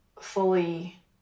fully